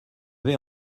vais